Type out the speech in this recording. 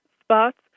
spots